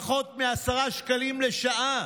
פחות מ-10 ש"ח לשעה.